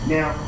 Now